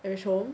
I reached home